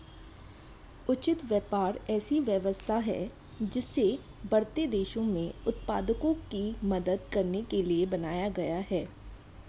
उचित व्यापार ऐसी व्यवस्था है जिसे बढ़ते देशों में उत्पादकों की मदद करने के लिए बनाया गया है